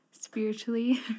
spiritually